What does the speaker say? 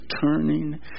turning